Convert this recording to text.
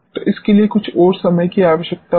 तो इसके लिए कुछ और समय की आवश्यकता होगी